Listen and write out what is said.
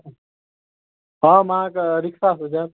हम अहाँके रिक्शासँ जाएब